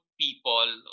people